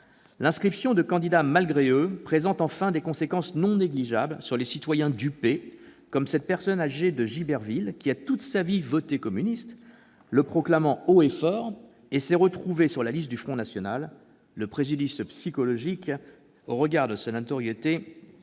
L'inscription de candidats malgré eux présente, enfin, des conséquences non négligeables sur les citoyens dupés, comme cette personne âgée de Giberville, qui a toute sa vie voté communiste, le proclamant haut et fort, et s'est retrouvée sur la liste du Front national. Le préjudice psychologique au regard de sa notoriété